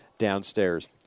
downstairs